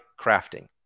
crafting